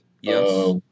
yes